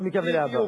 אני לא מתכוון להבא.